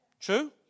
True